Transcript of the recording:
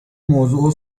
موضوع